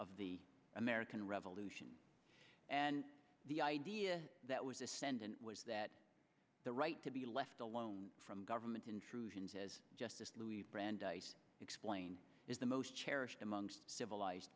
of the american revolution and the idea that was ascendant was that the right to be left alone from government intrusions as justice louis brandeis explained is the most cherished amongst civilized